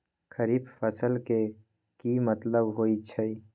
खरीफ फसल के की मतलब होइ छइ?